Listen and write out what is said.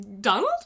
Donald